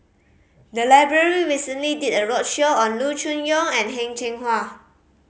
the library recently did a roadshow on Loo Choon Yong and Heng Cheng Hwa